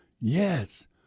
Yes